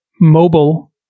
Mobile